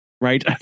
right